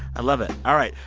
i love it. all right,